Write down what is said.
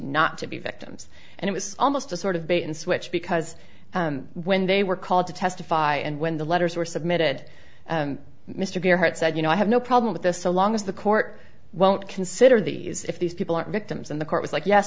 not to be vic and it was almost a sort of bait and switch because when they were called to testify and when the letters were submitted mr gearhart said you know i have no problem with this so long as the court won't consider these if these people are victims and the court was like yes